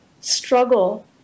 struggle